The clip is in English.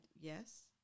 Yes